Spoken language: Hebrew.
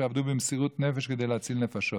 שעבדו במסירות נפש כדי להציל נפשות